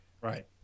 Right